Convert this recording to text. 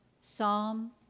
Psalm